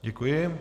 Děkuji.